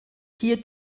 hier